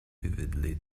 vividly